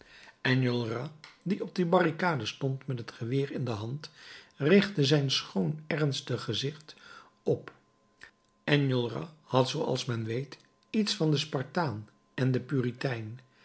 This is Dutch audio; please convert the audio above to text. enjolras die op de barricade stond met het geweer in de hand richtte zijn schoon ernstig gezicht op enjolras had zooals men weet iets van den spartaan en den